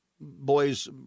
boy's